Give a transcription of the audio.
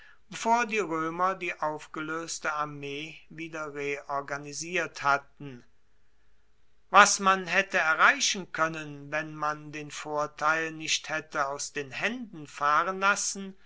bevor die roemer die aufgeloeste armee wieder reorganisiert hatten was man haette erreichen koennen wenn man den vorteil nicht haette aus den haenden fahren lassen